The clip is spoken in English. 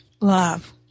love